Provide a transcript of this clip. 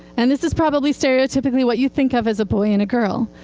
and this is probably stereotypically what you think of as a boy and a girl.